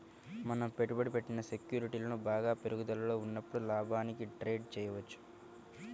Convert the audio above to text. మనం పెట్టుబడి పెట్టిన సెక్యూరిటీలు బాగా పెరుగుదలలో ఉన్నప్పుడు లాభానికి ట్రేడ్ చేయవచ్చు